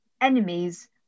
enemies